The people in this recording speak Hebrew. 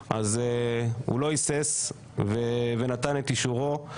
אז הוא לא היסס ונתן את אישורו.